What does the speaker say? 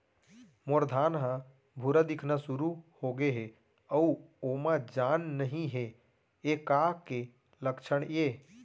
मोर धान ह भूरा दिखना शुरू होगे हे अऊ ओमा जान नही हे ये का के लक्षण ये?